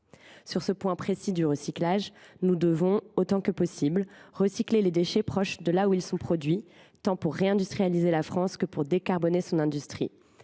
Sur ce point précis du recyclage, nous devons, autant que possible, recycler les déchets à proximité de l’endroit où ils sont produits tant pour réindustrialiser la France que pour décarboner son industrie.